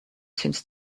since